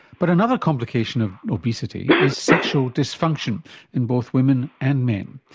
but another complication of obesity is sexual dysfunction in both women and men.